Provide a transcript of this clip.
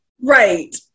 Right